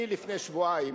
לפני שבועיים